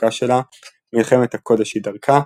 החוקה שלה, מלחמת הקודש היא דרכה,